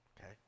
Okay